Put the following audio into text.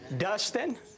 Dustin